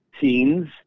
teens